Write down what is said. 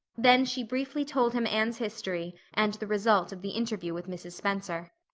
then she briefly told him anne's history and the result of the interview with mrs. spencer.